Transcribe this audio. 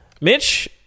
Mitch